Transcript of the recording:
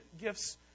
gifts